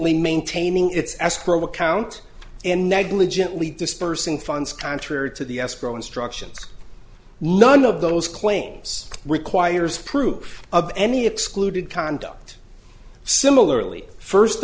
y maintaining its escrow account and negligently dispersing funds contrary to the escrow instructions none of those claims requires proof of any excluded conduct similarly first